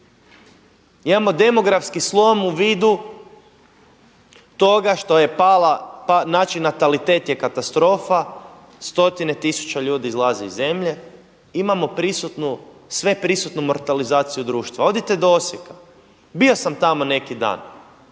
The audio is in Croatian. imamo demografski slom u vidu toga što je pala, znači natalitet je katastrofa, stotine tisuća ljudi izlaze iz zemlje, imamo prisutnu, sveprisutnu mortalizaciju društva. Odite do Osijeka, bio sam tamo neki dan